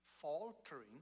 faltering